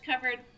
covered